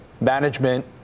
Management